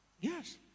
Yes